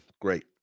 great